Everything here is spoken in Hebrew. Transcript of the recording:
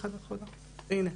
לפני,